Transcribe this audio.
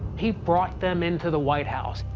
he brought them into the white house.